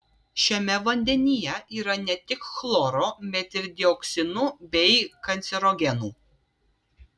šiame vandenyje yra ne tik chloro bet ir dioksinu bei kancerogenų